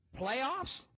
playoffs